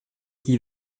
qui